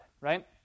right